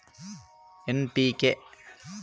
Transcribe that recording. ನನ್ನ ಮಣ್ಣಿನಲ್ಲಿ ಸಾರಜನಕದ ಕೊರತೆ ಇದ್ದರೆ ಯಾವ ಗೊಬ್ಬರ ಹಾಕಬೇಕು?